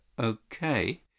Okay